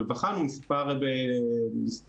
אבל בחנו מספר חלופות